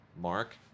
Mark